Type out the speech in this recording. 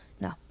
no